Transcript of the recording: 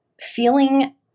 feeling